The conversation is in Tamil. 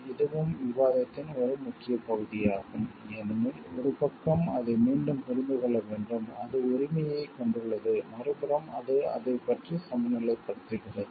இதுவும் விவாதத்தின் ஒரு முக்கிய பகுதியாகும் ஏனெனில் ஒரு பக்கம் அதை மீண்டும் புரிந்து கொள்ள வேண்டும் அது உரிமையைக் கொண்டுள்ளது மறுபுறம் அது அதைப் பற்றி சமநிலைப்படுத்துகிறது